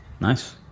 Nice